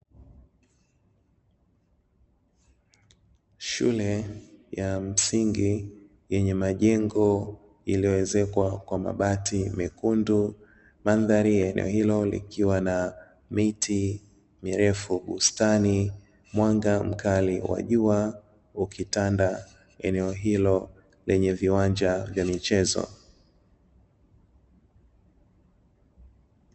Shule ya msingi yenye majengo iliyowezekwa kwa mabati mekundu mandhari ya eneo hilo likiwa na miti mirefu, bustani mwanga mkali wa jua ukitanda eneo hilo lenye viwanja vya michezo.